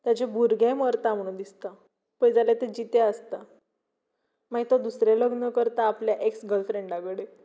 ताजें भुरगें मरता म्हणून दिसता पळय जाल्यार तें जितें आसता मागीर तो दुसरें लग्न करता आपल्या एक्स गलफ्रेंडा कडेन